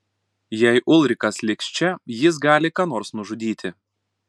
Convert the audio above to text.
jei ulrikas liks čia jis gali ką nors nužudyti